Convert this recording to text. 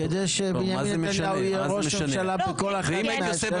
רבי יונתן אייבשיץ כשהיה ילד, ישב בכיתה, והמורה